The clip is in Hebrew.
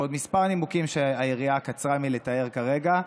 ועוד כמה נימוקים שהיריעה קצרה מלתאר כרגע,